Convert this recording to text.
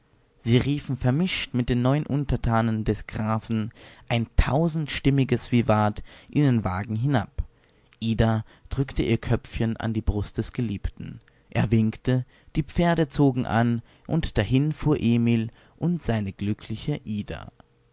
sie riefen vermischt mit den neuen untertanen des grafen ein tausendstimmiges vivat in den wagen hinab ida drückte ihr köpfchen an die brust des geliebten er winkte die pferde zogen an und dahin fuhr emil und seine glückliche ida